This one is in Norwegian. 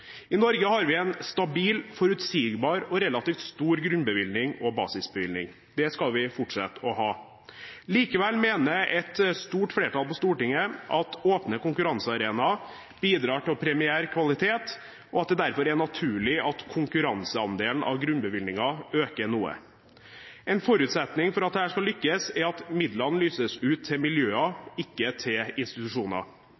I Norge har vi en stabil, forutsigbar og relativt stor grunnbevilgning og basisbevilgning. Det skal vi fortsette å ha. Likevel mener et stort flertall på Stortinget at åpne konkurransearenaer bidrar til å premiere kvalitet, og at det derfor er naturlig at konkurranseandelen av grunnbevilgningen økes noe. En forutsetning for at dette skal lykkes, er at midlene lyses ut til miljøer, ikke til institusjoner.